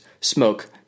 smoke